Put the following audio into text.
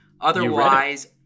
Otherwise